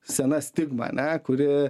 sena stigma ane kuri